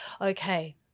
Okay